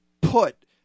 put